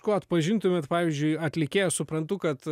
ko atpažintumėt pavyzdžiui atlikėją suprantu kad